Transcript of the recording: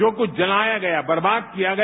जो कुछ जलाया गया बर्बाद किया गया